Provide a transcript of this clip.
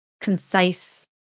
concise